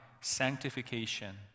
sanctification